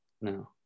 no